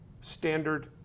standard